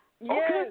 Yes